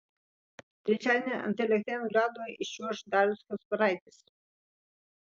trečiadienį ant elektrėnų ledo iščiuoš darius kasparaitis